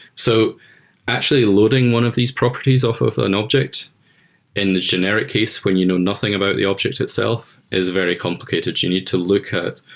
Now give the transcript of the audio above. so actually, loading one of these properties off of an object in the generic case when you know nothing about the object itself is very complicated. you need to look at,